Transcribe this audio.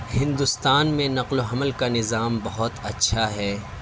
ہندوستان میں نقل و حمل کا نظام بہت اچھا ہے